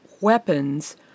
weapons